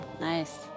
Nice